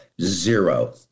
Zero